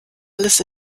alles